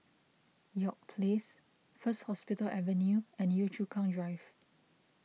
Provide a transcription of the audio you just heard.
York Place First Hospital Avenue and Yio Chu Kang Drive